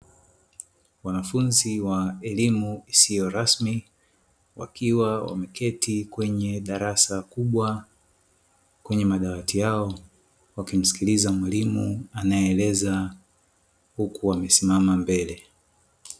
Wanafunzi wa elimu isiyo rasmi wakiwa wameketi kwenye darasa kubwa kwenye madawati yao wakimsikiliza mwalimu anaeeleza huku amesimama mbele.